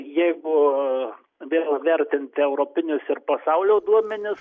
jeigu be o vertinti europinius ir pasaulio duomenis